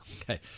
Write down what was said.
okay